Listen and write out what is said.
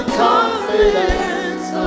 confidence